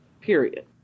period